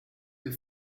the